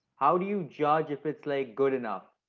how do you judge, if it's like good enough